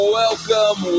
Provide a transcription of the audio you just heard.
welcome